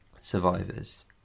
survivors